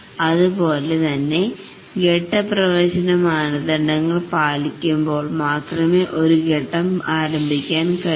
അതുപോലെ തന്നെ ഘട്ട പ്രവേശന മാനദണ്ഡങ്ങൾ പാലിക്കുമ്പോൾ മാത്രമേ ഒരുഘട്ടം ആരംഭിക്കാൻ കഴിയൂ